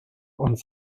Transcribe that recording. und